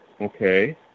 Okay